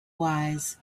wise